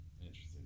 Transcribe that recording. interesting